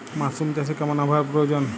Mushroom চাষে কেমন আবহাওয়ার প্রয়োজন?